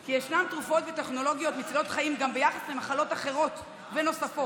כי ישנן תרופות וטכנולוגיות מצילות חיים גם ביחס למחלות אחרות ונוספות,